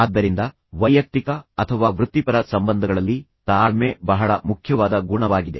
ಆದ್ದರಿಂದ ವೈಯಕ್ತಿಕ ಅಥವಾ ವೃತ್ತಿಪರ ಸಂಬಂಧಗಳಲ್ಲಿ ತಾಳ್ಮೆ ಬಹಳ ಮುಖ್ಯವಾದ ಗುಣವಾಗಿದೆ